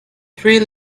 three